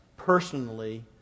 personally